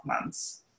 months